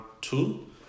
two